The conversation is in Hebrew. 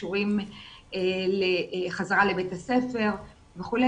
שקשורים לחזרה לבית הספר וכו'.